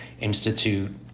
institute